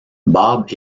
bob